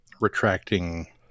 retracting